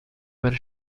per